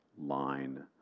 line